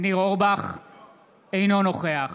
אינו נוכח